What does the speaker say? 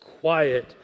Quiet